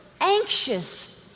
anxious